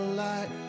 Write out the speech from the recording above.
light